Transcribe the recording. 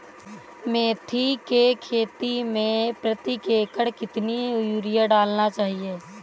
मेथी के खेती में प्रति एकड़ कितनी यूरिया डालना चाहिए?